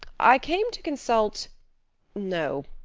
i came to consult no,